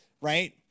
right